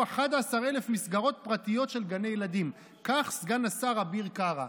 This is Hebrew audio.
11,000 מסגרות פרטיות של גני ילדים" כך סגן השר אביר קארה.